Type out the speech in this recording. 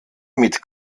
mit